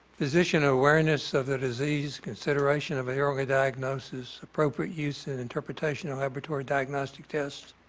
physician awareness of the disease, consideration of early diagnosis, appropriate use and interpretation of laboratory diagnostic test,